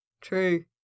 True